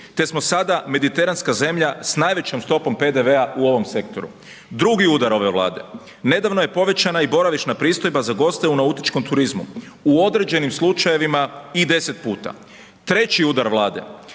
te smo sada mediteranska zemlja s najvećom stopom PDV-a u ovom sektoru. 2. udar ove Vlade. Nedavno je povećana i boravišna pristojba za goste u nautičkom turizmu u određenim slučajevima i 10 puta. 3. udar Vlade,